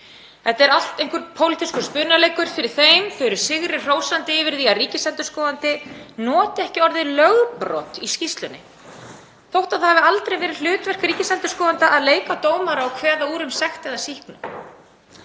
Þetta er allt einhver pólitískur spunaleikur fyrir þeim. Þau eru sigri hrósandi yfir því að ríkisendurskoðandi noti ekki orðið lögbrot í skýrslunni þó að það hafi aldrei verið hlutverk ríkisendurskoðanda að leika dómara og skera úr um sekt eða sýknu.